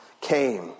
came